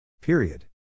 Period